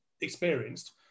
experienced